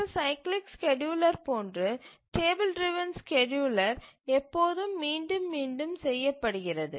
மற்ற சைக்கிளிக் ஸ்கேட்யூலர்கள் போன்று டேபிள் டிரவன் ஸ்கேட்யூலர் எப்போதும் மீண்டும் மீண்டும் செய்யப்படுகிறது